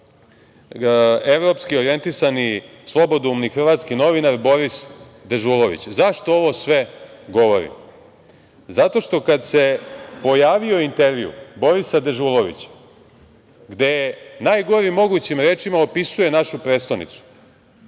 evropsko orjentisani, slobodoumni hrvatski novinar Boris Dežulović.Zašto ovo sve govorim? Zato što kada se pojavio intervju Borisa Dežulovića, gde je najgorim mogućim rečima opisao našu prestonicu,